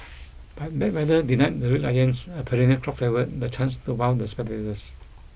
but bad weather denied the Red Lions a perennial crowd favourite the chance to wow the spectators